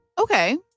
okay